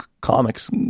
comics